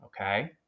Okay